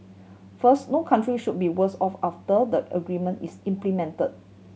first no country should be worse off after the agreement is implemented